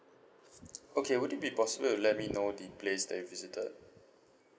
okay would it be possible to let me know the place that you visited